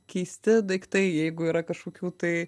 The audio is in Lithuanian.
keisti daiktai jeigu yra kažkokių tai